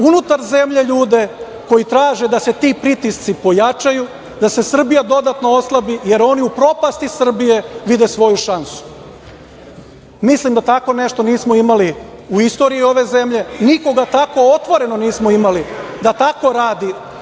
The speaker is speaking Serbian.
unutar zemlje ljude koji traže da se ti pritisci pojačaju, da se Srbija dodatno oslabi, jer oni u propasti Srbije vide svoju šansu. Mislim da tako nešto nismo imali u istoriji ove zemlje. Nikoga tako otvoreno nismo imali da tako radi